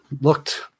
looked